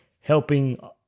helping